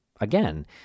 again